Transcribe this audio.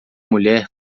mulher